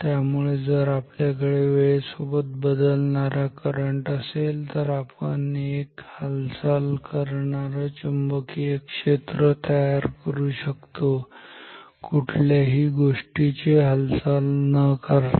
त्यामुळे जर आपल्याकडे वेळेसोबत बदलणारे करंट असेल तर आपण पण एक हालचाल करणारं चुंबकीय क्षेत्र तयार करू शकतो कुठल्याही गोष्टीची हालचाल न करता